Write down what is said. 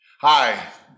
Hi